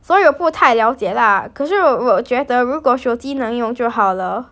所以不太了解 lah 可是我我觉得如果手机能用就好了